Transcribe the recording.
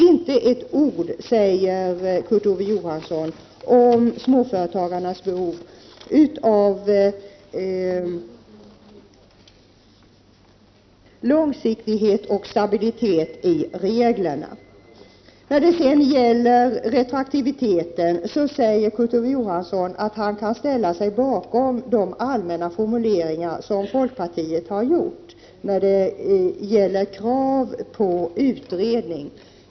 Inte ett ord säger Kurt Ove Johansson om småföretagarnas behov av långsiktighet och stabilitet i reglerna. När det sedan gäller retroaktiviteten säger Kurt Ove Johansson att han kan ställa sig bakom de allmänna formuleringar som folkpartiet har gjort i fråga om krav på utredning.